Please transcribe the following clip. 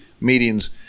meetings